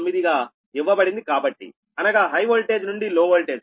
9 గా ఇవ్వబడింది కాబట్టి అనగా హై వోల్టేజ్ నుండి లో వోల్టేజ్ కు